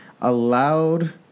allowed